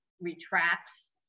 retracts